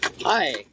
hi